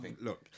Look